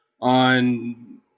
on